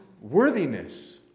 worthiness